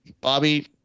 Bobby